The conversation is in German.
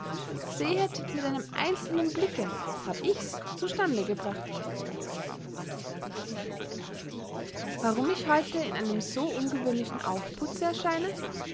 sehet mit einem einzelnen blicke hab ichs zu stande gebracht warum ich heute in einem so ungewöhnlichen aufputze erscheine